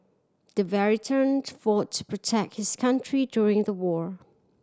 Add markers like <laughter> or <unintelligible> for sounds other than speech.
the <unintelligible> fought to protect his country during the war